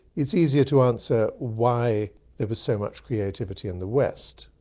it's easier to answer why there was so much creativity in the west.